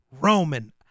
Roman